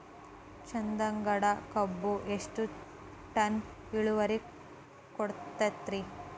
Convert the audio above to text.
ಚಂದಗಡ ಕಬ್ಬು ಎಷ್ಟ ಟನ್ ಇಳುವರಿ ಕೊಡತೇತ್ರಿ?